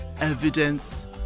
evidence